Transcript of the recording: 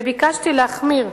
וביקשתי להחמיר.